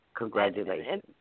Congratulations